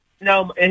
No